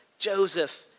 joseph